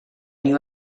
new